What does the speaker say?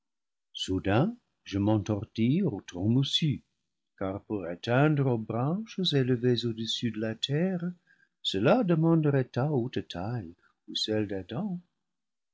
soudain je m'entortille au tronc moussu car pour atteindre aux branches élevées au dessus de la terre cela demanderait ta haute taille ou